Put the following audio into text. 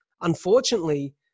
unfortunately